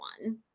one